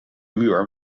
muur